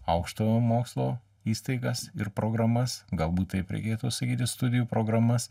aukštojo mokslo įstaigas ir programas galbūt taip reikėtų sakyti studijų programas